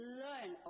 learn